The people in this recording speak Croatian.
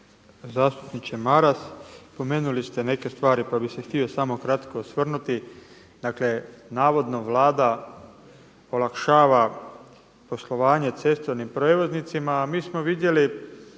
Zastupniče Maras, spomenuli ste neke stvari pa bi se htio samo kratko osvrnuti. Dakle, navodno Vlada olakšava poslovanje cestovnim prijevoznicima, a mi smo vidjeli